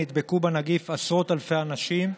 נדבקו בנגיף עשרות אלפי אנשים,